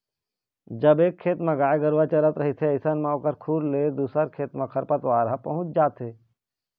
जब एक खेत म गाय गरुवा चरत रहिथे अइसन म ओखर खुर ले दूसर खेत म खरपतवार ह पहुँच जाथे